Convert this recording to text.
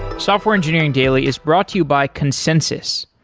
software engineering daily is brought to you by consensys.